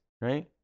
right